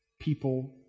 people